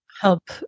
help